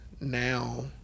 now